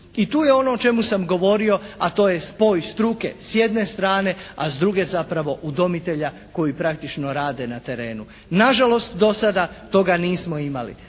I tu je ono o čemu sam govorio, a to je spoj struke s jedne strane, a s druge zapravo udomitelja koji praktično rade na terenu. Na žalost do sada toga nismo imali.